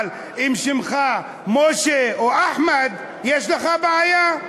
אבל אם שמך משה או אחמד, יש לך בעיה.